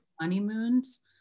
honeymoons